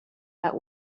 about